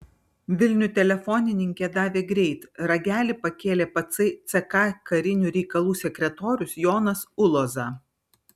vilnių telefonininkė davė greit ragelį pakėlė patsai ck karinių reikalų sekretorius jonas uloza